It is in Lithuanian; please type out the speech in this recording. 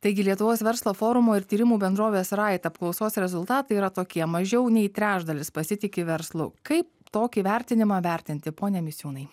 taigi lietuvos verslo forumo ir tyrimų bendrovės rait apklausos rezultatai yra tokie mažiau nei trečdalis pasitiki verslu kaip tokį vertinimą vertinti pone misiūnai